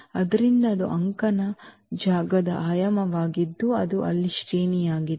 ಆದ್ದರಿಂದ ಅದು ಅಂಕಣ ಜಾಗದ ಆಯಾಮವಾಗಿದ್ದು ಅದು ಅಲ್ಲಿ ಶ್ರೇಣಿಯಾಗಿತ್ತು